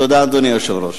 תודה, אדוני היושב-ראש.